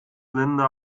linda